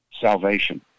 salvation